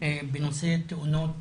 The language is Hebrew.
בנושא תאונות